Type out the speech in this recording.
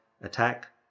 attack